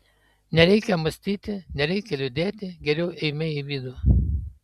nereikia mąstyti nereikia liūdėti geriau eime į vidų